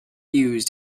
used